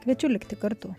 kviečiu likti kartu